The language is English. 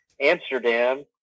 Amsterdam